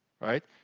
Right